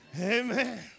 Amen